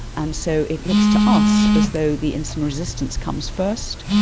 and so it looks to us as though the insulin resistance comes first,